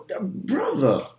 brother